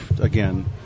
again